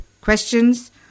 questions